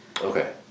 Okay